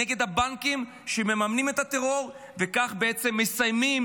נגד הבנקים שמממנים את הטרור ובכך בעצם מסייעים